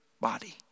body